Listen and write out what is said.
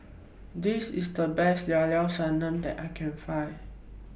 This IS The Best Llao Llao Sanum that I Can Find